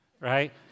right